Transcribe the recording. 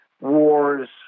wars